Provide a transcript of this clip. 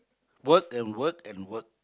work and work and work